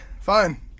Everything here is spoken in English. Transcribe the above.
Fine